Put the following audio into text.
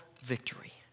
victory